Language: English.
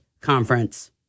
conference